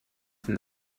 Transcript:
from